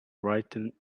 writing